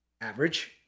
average